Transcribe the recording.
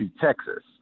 Texas